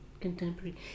contemporary